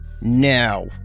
now